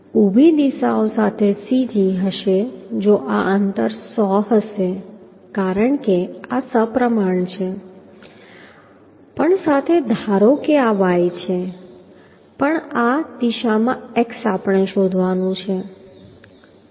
ઊભી દિશાઓ સાથે cg હશે જો આ અંતર 100 હશે કારણ કે આ સપ્રમાણ છે પણ સાથે ધારો કે આ y છે પણ આ દિશામાં x આપણે શોધવાનું છે